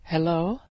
Hello